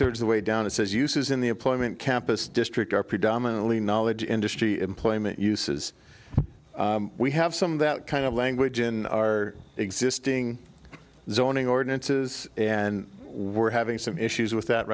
thirds the way down is uses in the employment campus district are predominantly knowledge industry employment uses we have some that kind of language in our existing zoning ordinances and we're having some issues with that